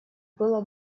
было